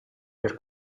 per